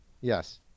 Yes